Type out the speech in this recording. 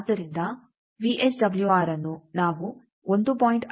ಆದ್ದರಿಂದ ವಿಎಸ್ಡಬ್ಲ್ಯೂಆರ್ಅನ್ನು ನಾವು 1